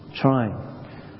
trying